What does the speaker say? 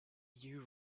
you